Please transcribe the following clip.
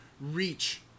reach